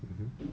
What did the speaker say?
mm hmm